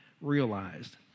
realized